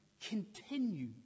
continue